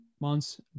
months